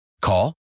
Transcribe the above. Call